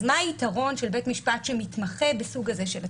אז מה היתרון של בית משפט שמתמחה בסוג הזה של התיקים?